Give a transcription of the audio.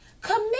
Commit